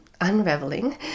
unraveling